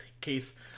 case